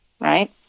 right